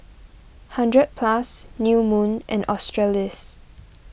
hundred Plus New Moon and Australis